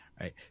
right